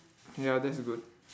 ya that's good